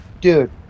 dude